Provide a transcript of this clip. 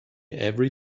every